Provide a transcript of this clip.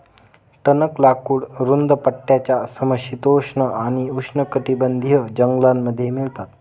टणक लाकूड रुंद पट्ट्याच्या समशीतोष्ण आणि उष्णकटिबंधीय जंगलांमध्ये मिळतात